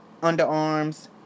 underarms